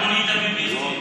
את הביביסטים.